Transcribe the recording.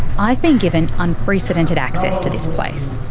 i've been given unprecedented access to this place.